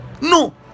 No